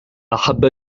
أحب